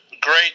great